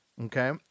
okay